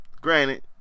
granted